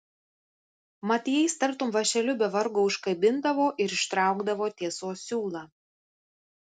mat jais tartum vąšeliu be vargo užkabindavo ir ištraukdavo tiesos siūlą